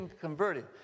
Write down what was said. converted